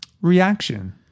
reaction